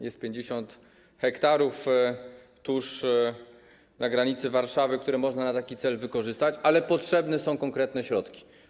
Jest 50 ha tuż na granicy Warszawy, które można na taki cel wykorzystać, ale potrzebne są konkretne środki.